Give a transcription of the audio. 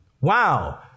Wow